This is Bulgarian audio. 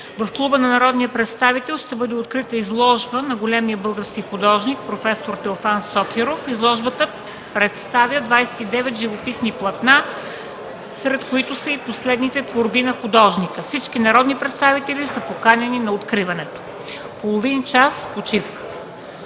В Клуба на народния представител ще бъде открита изложба на големия български художник проф. Теофан Сокеров. Изложбата представя 29 живописни платна, сред които са и последните творби на художника. Всички народни представители са поканени на откриването. Половин час почивка.